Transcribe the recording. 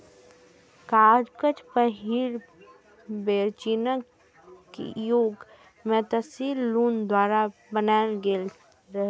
कागज पहिल बेर चीनक ली यांग मे त्साई लुन द्वारा बनाएल गेल रहै